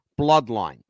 bloodline